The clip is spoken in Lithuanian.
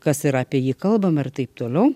kas yra apie jį kalbama ir taip toliau